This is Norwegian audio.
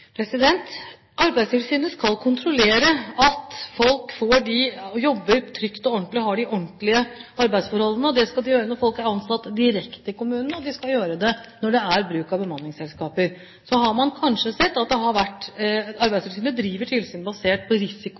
Arbeidstilsynet skal kontrollere at folk jobber trygt og har ordentlige arbeidsforhold. Det skal de gjøre når folk er ansatt direkte i kommunene, og de skal gjøre det når det er bruk av bemanningsselskaper. Så har man kanskje sett at Arbeidstilsynet har drevet tilsyn basert på